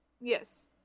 Yes